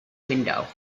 window